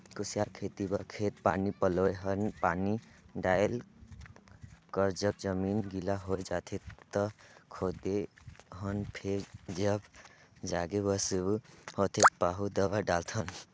कुसियार खेती बर खेत पानी पलोए हन पानी डायल कर जब जमीन गिला होए जाथें त खोदे हन फेर जब जागे बर शुरू होथे पाहु दवा डालथन